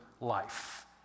life